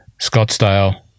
scottsdale